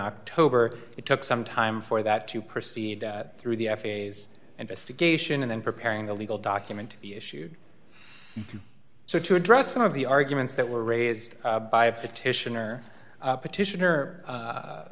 october it took some time for that to proceed through the f a a investigation and then preparing a legal document issue so to address some of the arguments that were raised by a petition or petition or